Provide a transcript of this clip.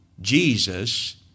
Jesus